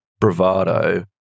Bravado